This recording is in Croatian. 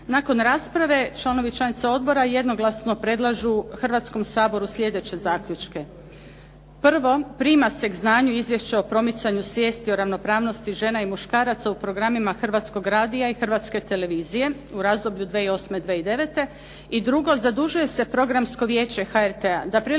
Nakon rasprave članovi i članice odbora jednoglasno predlažu Hrvatskom saboru slijedeće zaključke. Prvo, prima se k znanju Izvješće o promicanju svijesti o ravnopravnosti žena i muškaraca u programima Hrvatskog radija i Hrvatske televizije u razdoblju 2008. i 2009. I drugo, zadužuje se Programsko vijeće HRT-a da prilikom